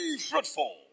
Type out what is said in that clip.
Fruitful